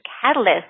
catalyst